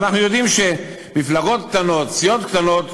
אנחנו יודעים שמפלגות קטנות, סיעות קטנות,